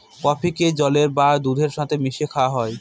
কফিকে জলের বা দুধের সাথে মিশিয়ে খাওয়া হয়